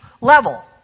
level